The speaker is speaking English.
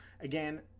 again